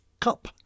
Cup